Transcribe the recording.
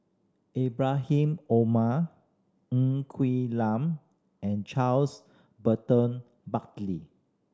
Ibrahim Omar Ng Quee Lam and Charles Burton Buckley